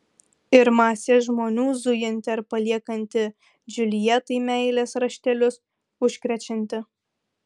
ir masė žmonių zujanti ar paliekanti džiuljetai meilės raštelius užkrečianti